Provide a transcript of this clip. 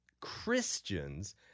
Christians